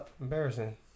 Embarrassing